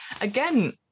again